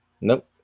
nope